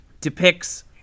depicts